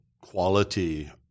quality